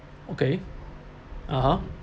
okay (uh huh)